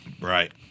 Right